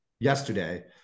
yesterday